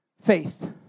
faith